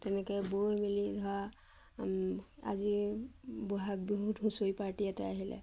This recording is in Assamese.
তেনেকৈ বৈ মেলি ধৰা আজি বহাগ বিহুত হুঁচৰি পাৰ্টি এটা আহিলে